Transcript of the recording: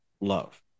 love